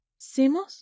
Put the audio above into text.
Simos